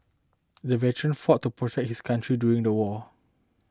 the veteran fought to protect his country during the war